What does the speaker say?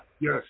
Yes